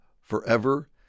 forever